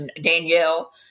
Danielle